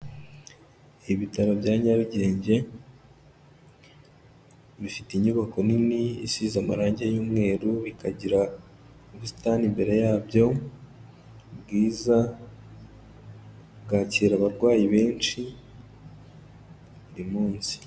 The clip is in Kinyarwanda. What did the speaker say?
Ibitaro bya Nyarugenge bifite inyubako nini isize amarange y'umweru ikagira ubusitani imbere yabyo bwiza, bwakira abarwayi benshi buri munsi.